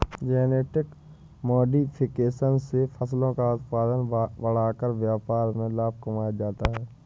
genetic modification से फसलों का उत्पादन बढ़ाकर व्यापार में लाभ कमाया जाता है